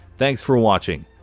thanks for watching!